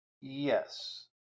yes